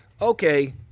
okay